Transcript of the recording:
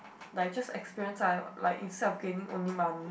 like just experience ah like instead of gaining only money